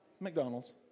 McDonald's